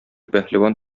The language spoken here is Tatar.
пәһлеван